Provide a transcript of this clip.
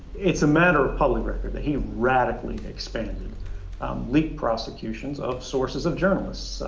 it's a matter of public record, that he radically expanded leak prosecutions of sources of journalists.